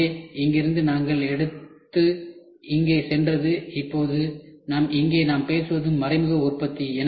எனவே இங்கிருந்து நாங்கள் எடுத்தது இங்கே சென்றது இப்போது இங்கே நாம் பேசுவது மறைமுக உற்பத்தி